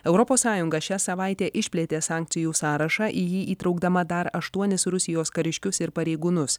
europos sąjunga šią savaitę išplėtė sankcijų sąrašą į jį įtraukdama dar aštuonis rusijos kariškius ir pareigūnus